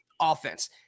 offense